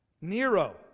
Nero